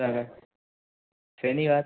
સરસ શેની વાત